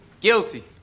guilty